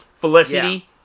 Felicity